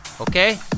Okay